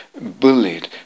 bullied